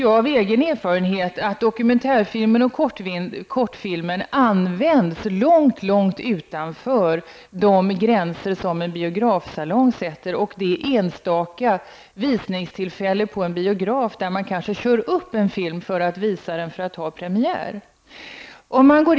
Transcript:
Jag vet av egen erfarenhet att dokumentärfilmer och kortfilmer används långt långt utanför de gränser som en biografsalong sätter upp och de enstaka visningstillfällen som förekommer på en biograf, där man kanske premiärvisar en film.